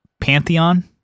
Pantheon